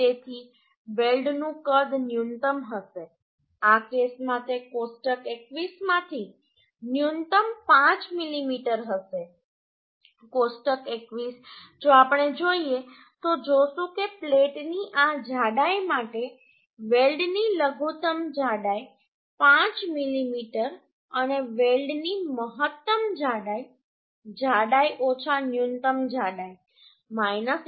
તેથી વેલ્ડનું કદ ન્યૂનતમ હશે આ કેસ માટે કોષ્ટક 21 માંથી ન્યૂનતમ 5 મીમી હશે કોષ્ટક 21જો આપણે જોઈએ તો જોશું કે પ્લેટની આ જાડાઈ માટે વેલ્ડની લઘુત્તમ જાડાઈ 5 મીમી અને વેલ્ડની મહત્તમ જાડાઈ જાડાઈ ઓછા ન્યૂનતમ જાડાઈ 1